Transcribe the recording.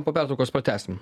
po pertraukos pratęsim